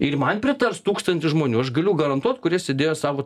ir man pritars tūkstantis žmonių aš galiu garantuot kurie sėdėjo savo